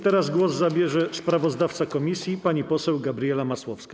Teraz głos zabierze sprawozdawca komisji pani poseł Gabriela Masłowska.